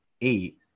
eight